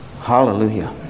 Hallelujah